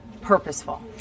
purposeful